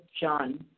John